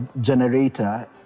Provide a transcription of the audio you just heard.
generator